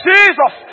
Jesus